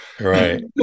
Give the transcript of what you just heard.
right